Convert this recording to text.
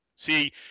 See